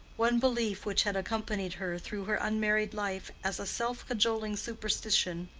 one belief which had accompanied her through her unmarried life as a self-cajoling superstition,